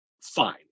fine